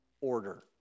order